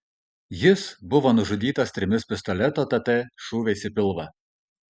jis buvo nužudytas trimis pistoleto tt šūviais į pilvą